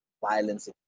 violence